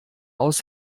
aus